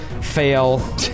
Fail